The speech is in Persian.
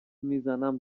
میزنم